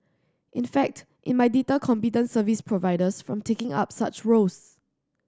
in fact it might deter competent service providers from taking up such roles